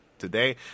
today